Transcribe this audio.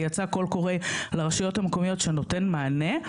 ויצא קול קורא לרשויות המקומיות שנותן מענה.